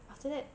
after that